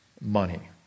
money